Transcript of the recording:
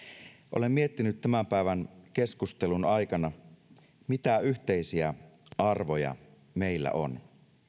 olen miettinyt tämän päivän keskustelun aikana mitä yhteisiä arvoja meillä on